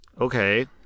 okay